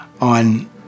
on